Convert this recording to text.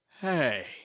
Hey